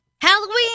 Halloween